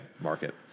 market